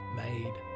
made